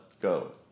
go